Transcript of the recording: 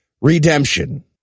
Redemption